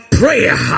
prayer